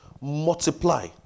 Multiply